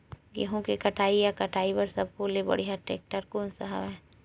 गेहूं के कटाई या कटाई बर सब्बो ले बढ़िया टेक्टर कोन सा हवय?